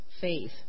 faith